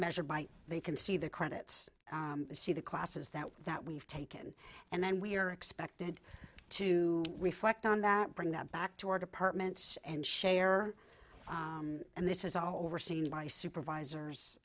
measured by they can see the credits see the classes that that we've taken and then we're expected to reflect on that bring them back to our departments and share and this is all overseen by supervisors